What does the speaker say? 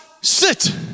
sit